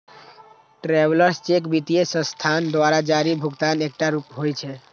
travellers cheque वित्तीय संस्थान द्वारा जारी भुगतानक एकटा रूप होइ छै